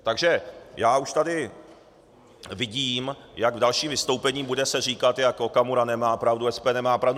Takže já už tady vidím, jak v dalším vystoupení se bude říkat, jak Okamura nemá pravdu, SPD nemá pravdu.